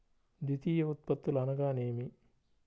ద్వితీయ ఉత్పత్తులు అనగా నేమి?